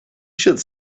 should